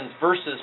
versus